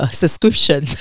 subscription